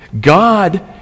God